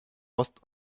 ost